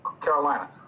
Carolina